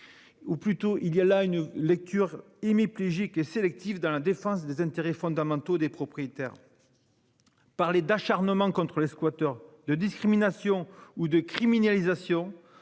Ou plutôt, il y a là une lecture hémiplégique et sélectif dans la défense des intérêts fondamentaux des propriétaires. Parler d'acharnement contre les squatteurs de discrimination ou de criminalisation